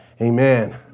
Amen